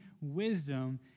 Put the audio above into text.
wisdom